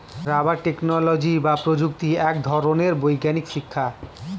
rubber technology বা প্রযুক্তি এক ধরনের বৈজ্ঞানিক শিক্ষা